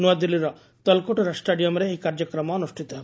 ନୁଆଦିଲ୍ଲୀର ତଲକୋଟରା ଷ୍ଟାଡିୟମରେ ଏହି କାର୍ଯ୍ୟକ୍ରମ ଅନୁଷିତ ହେବ